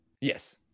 yes